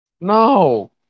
No